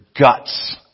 guts